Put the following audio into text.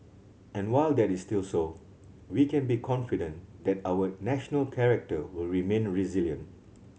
and while that is still so we can be confident that our national character will remain resilient